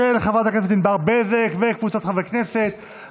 של חברת הכנסת שפק וקבוצת חברי הכנסת,